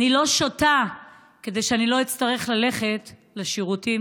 אני לא שותה כדי שאני לא אצטרך ללכת לשירותים,